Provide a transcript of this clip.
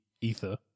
ether